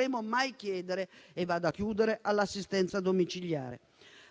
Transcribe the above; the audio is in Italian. non potremo mai chiedere all'assistenza domiciliare.